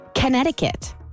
Connecticut